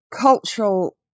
cultural